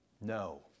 No